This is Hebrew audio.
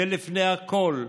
זה לפני הכול.